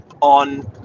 on